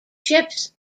ships